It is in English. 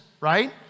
right